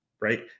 right